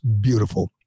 beautiful